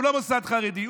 הוא לא מוסד חרדי.